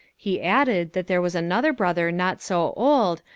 he added that there was another brother not so old,